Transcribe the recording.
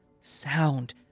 sound